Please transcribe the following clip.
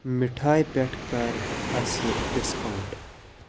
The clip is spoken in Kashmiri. مِٹھایہِ پٮ۪ٹھ کَر اَسہِ ڈِسکاوُنٛٹ